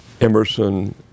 Emerson